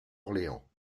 orléans